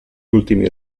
ultimi